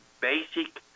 basic